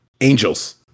angels